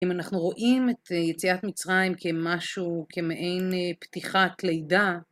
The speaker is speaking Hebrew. אם אנחנו רואים את יציאת מצרים כמשהו כמעין פתיחת לידה..